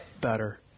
better